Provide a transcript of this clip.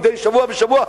מדי שבוע בשבוע,